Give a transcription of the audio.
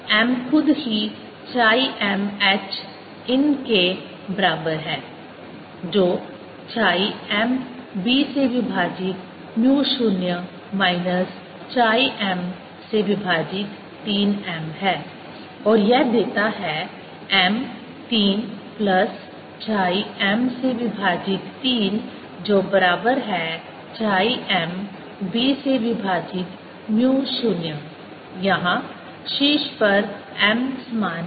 अब m खुद ही chi m h इन के बराबर है जो chi m b से विभाजित म्यू 0 माइनस chi m से विभाजित 3 m है और यह देता है m 3 प्लस chi m से विभाजित 3 जो बराबर है chi m b से विभाजित म्यू 0 यहाँ शीर्ष पर m समान है